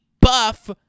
buff